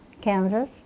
Kansas